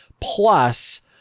plus